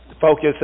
focus